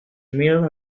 mills